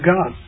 God